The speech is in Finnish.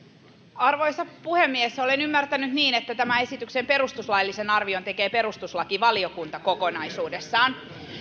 arvoisa puhemies olen ymmärtänyt niin että tämän esityksen perustuslaillisen arvion tekee perustuslakivaliokunta kokonaisuudessaan